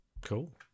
Cool